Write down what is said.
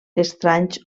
estranys